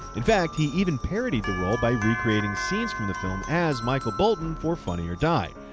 in fact, he even parodied the role by recreating scenes from the film as michael bolton for funny or die.